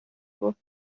گفت